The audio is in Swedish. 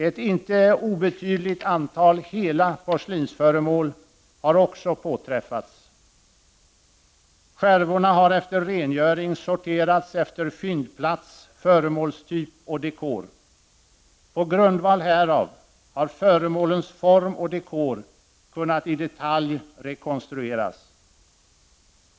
Ett inte obetydligt antal hela porslinsföremål har också påträffats. Skärvorna har efter rengöring sorterats efter fyndplats, föremålstyp och dekor. På grundval härav har föremålens form och dekor i detalj kunnat rekonstrueras.